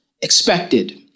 expected